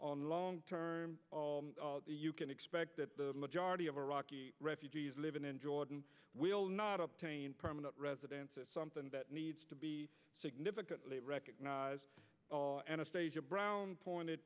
term you can expect that the majority of iraqi refugees living in jordan will not obtain permanent residence is something that needs to be significantly recognized anastasia brown pointed